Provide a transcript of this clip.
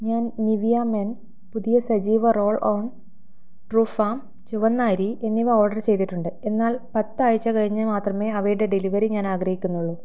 ഞാൻ Nivea men പുതിയ സജീവ റോൾ ഓൺ ട്രൂ ഫാം ചുവന്ന അരി എന്നിവ ഓർഡർ ചെയ്തിട്ടുണ്ട് എന്നാൽ പത്ത് ആഴ്ച കഴിഞ്ഞ് മാത്രമേ അവയുടെ ഡെലിവറി ഞാൻ ആഗ്രഹിക്കുന്നുള്ളൂ